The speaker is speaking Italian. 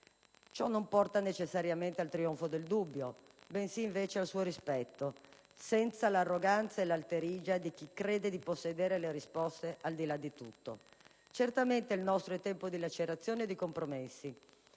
Ciò non porta necessariamente al trionfo del dubbio, bensì al suo rispetto, senza l'arroganza e l'alterigia di chi crede di possedere le risposte al di là di tutto. Certamente, il nostro è tempo di lacerazioni e di compromessi.